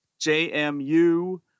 JMU